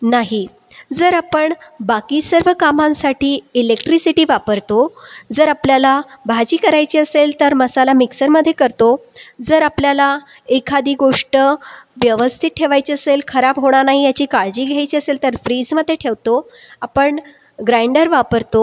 नाही जर आपण बाकी सर्व कामांसाठी इलेक्ट्रिसिटी वापरतो जर आपल्याला भाजी करायची असेल तर मसाला मिक्सरमधे करतो जर आपल्याला एखादी गोष्ट व्यवस्थित ठेवायची असेल खराब होणार नाही याची काळजी घ्यायची असेल तर फ्रिजमधे ठेवतो आपण ग्राइंडर वापरतो